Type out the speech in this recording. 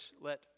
let